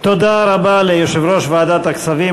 תודה רבה ליושב-ראש ועדת הכספים,